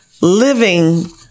living